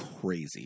crazy